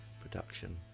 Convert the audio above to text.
Production